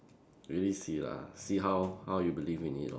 really see lah see how how you believe in it lor